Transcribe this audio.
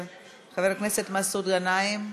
יונה, מוותר, חבר הכנסת מסעוד גנאים,